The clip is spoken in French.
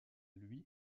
lui